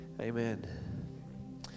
amen